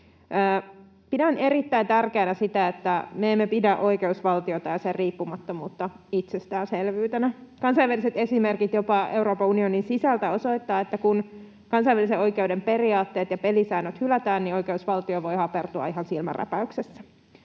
Pidän erittäin tärkeänä sitä, että me emme pidä oikeusvaltiota ja sen riippumattomuutta itsestäänselvyytenä. Kansainväliset esimerkit jopa Euroopan unionin sisältä osoittavat, että kun kansainvälisen oikeuden periaatteet ja pelisäännöt hylätään, oikeusvaltio voi hapertua ihan silmänräpäyksessä.